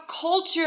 Culture